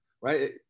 right